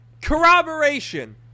Corroboration